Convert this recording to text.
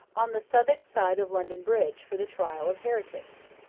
on the southwark side of london bridge, for the trial of heretics.